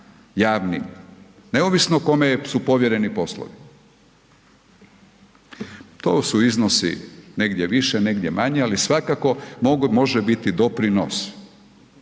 javnim, neovisno kome su povjereni poslovi. To su iznosi negdje više, negdje manje, ali svakako može biti doprinos.